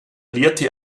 lehrte